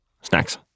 snacks